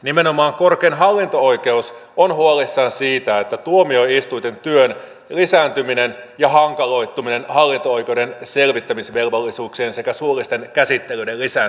nimenomaan korkein hallinto oikeus on huolissaan siitä että uhkaa tuomioistuinten työn lisääntyminen ja hankaloituminen hallinto oikeuden selvittämisvelvollisuuksien sekä suullisten käsittelyiden lisääntyessä